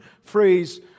phrase